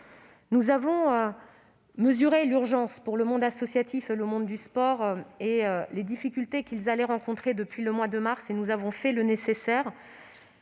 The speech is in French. Nous avons mesuré l'urgence, pour le monde associatif et le monde du sport, et les difficultés qu'ils ont rencontrées depuis le mois de mars. Nous avons fait le nécessaire.